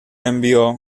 envió